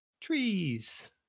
Trees